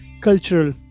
cultural